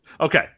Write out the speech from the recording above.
okay